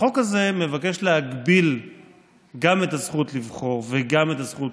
החוק הזה מבקש להגביל גם את הזכות לבחור וגם את הזכות